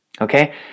okay